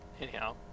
anyhow